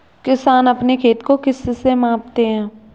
किसान अपने खेत को किससे मापते हैं?